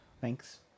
Thanks